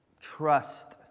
trust